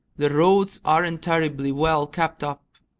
the roads aren't terribly well kept up.